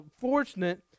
fortunate